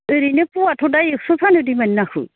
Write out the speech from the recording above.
ओरैनो पवाथ' दा एक्स' फानो दैमानि नाखौ